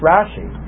Rashi